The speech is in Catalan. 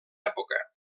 època